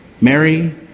Mary